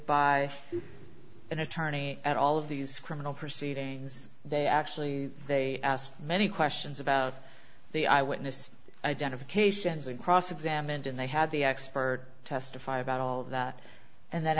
by an attorney at all of these criminal proceedings they actually they asked many questions about the eyewitness identifications and cross examined and they had the expert testify about all of that and th